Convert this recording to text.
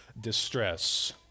distress